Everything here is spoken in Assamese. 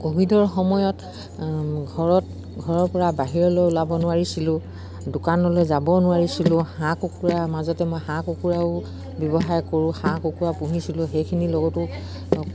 ক'ভিডৰ সময়ত ঘৰত ঘৰৰ পৰা বাহিৰলৈ ওলাব নোৱাৰিছিলোঁ দোকানলৈ যাব নোৱাৰিছিলোঁ হাঁহ কুকুৰা মাজতে মই হাঁহ কুকুৰাও ব্যৱসায় কৰোঁ হাঁহ কুকুৰা পুহিছিলোঁ সেইখিনি লগতো